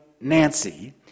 Nancy